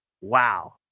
Wow